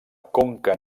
conca